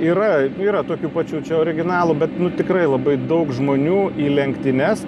yra nu yra tokių pačių čia originalų bet nu tikrai labai daug žmonių į lenktynes